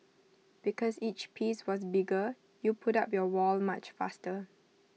because each piece was bigger you put up your wall much faster